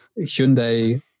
Hyundai